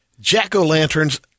Jack-o'-lanterns